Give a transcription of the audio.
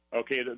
Okay